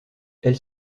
elle